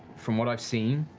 from what i've seen,